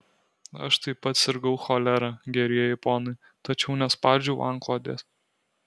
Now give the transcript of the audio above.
aš taip pat sirgau cholera gerieji ponai tačiau nespardžiau antklodės